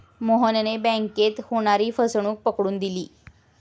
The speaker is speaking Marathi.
मोहनने बँकेत होणारी फसवणूक पकडून दिली